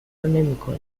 نمیکنم